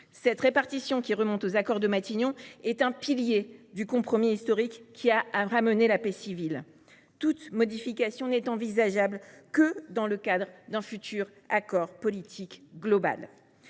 Cette répartition, qui remonte aux accords de Matignon, est un pilier du compromis historique qui a ramené la paix civile. Toute modification n’est envisageable que dans le cadre d’un futur accord politique global.